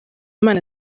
imana